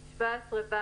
17(ו)